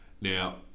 now